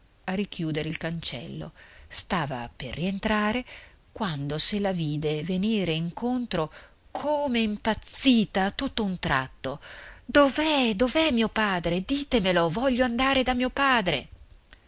a richiudere il cancello stava per rientrare quando se la vide venire incontro come impazzita tutt'a un tratto dov'è dov'è mio padre ditemelo voglio andare da mio padre